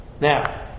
Now